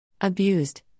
Abused